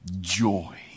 joy